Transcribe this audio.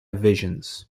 visions